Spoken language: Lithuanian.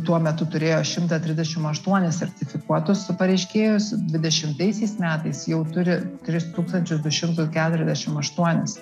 tuo metu turėjo šimtą trisdešimt aštuonis sertifikuotus pareiškėjus dvidešimtaisiais metais jau turi tris tūkstančius du šimtus keturiasdešimt aštuonis